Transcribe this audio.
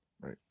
Right